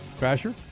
Crasher